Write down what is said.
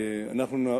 אני פה.